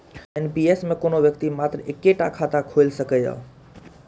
NPS मे कोनो व्यक्ति मात्र एक्के टा खाता खोलाए सकैए